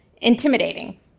intimidating